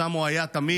שם הוא היה תמיד,